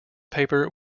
paper